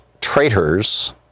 traitors